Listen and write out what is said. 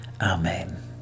Amen